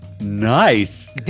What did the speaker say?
Nice